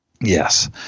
Yes